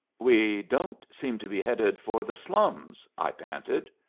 we don't seem to be headed for the slums, i panted.